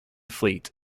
fleet